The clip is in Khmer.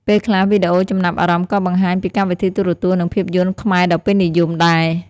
ពេលខ្លះ វីដេអូចំណាប់អារម្មណ៍ក៏បង្ហាញពីកម្មវិធីទូរទស្សន៍ និងភាពយន្តខ្មែរដ៏ពេញនិយមដែរ។